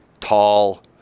tall